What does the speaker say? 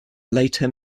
later